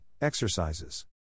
exercises